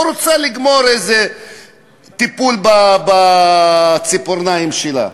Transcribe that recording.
או רוצה לגמור איזה טיפול בציפורניים שלה,